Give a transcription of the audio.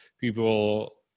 people